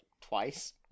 twice